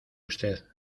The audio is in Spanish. usted